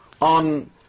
on